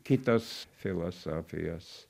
kitos filosofijos